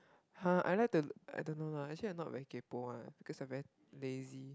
!huh! I like to I don't know lah actually I'm not very kaypo [one] because I'm very lazy